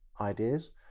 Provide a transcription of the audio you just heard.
ideas